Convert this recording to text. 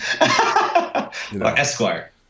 Esquire